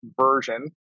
version